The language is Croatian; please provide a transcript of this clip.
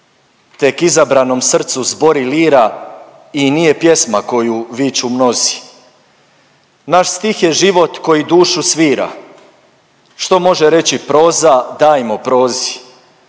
Tek izabranom srcu zbori lira i nije pjesma koju viču mnozi. Naš sstih je život koji dušu svira. Što može reći proza, dajmo prozi,